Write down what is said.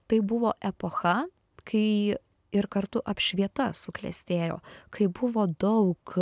tai buvo epocha kai ir kartu apšvieta suklestėjo kai buvo daug